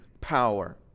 power